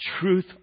truth